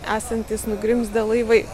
esantys nugrimzdę laivai